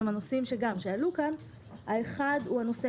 הם הנושאים שעלו כאן: האחד הוא נושא